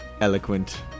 eloquent